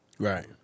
Right